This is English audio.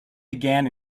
began